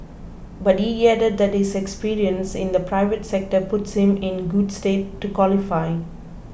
but he added that his experience in the private sector puts him in good stead to qualify